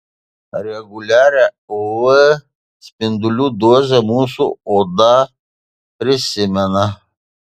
reguliarią uv spindulių dozę mūsų oda prisimena